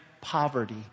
poverty